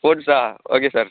ஸ்போர்ட்ஸா okay sir